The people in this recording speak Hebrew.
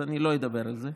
אז אני לא אדבר על זה,